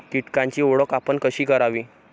कीटकांची ओळख आपण कशी करावी?